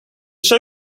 show